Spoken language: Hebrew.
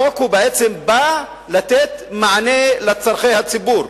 החוק בעצם בא לתת מענה לצורכי הציבור,